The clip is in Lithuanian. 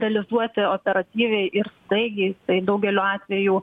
realizuoti operatyviai ir staigiai tai daugeliu atvejų